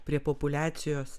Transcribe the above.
prie populiacijos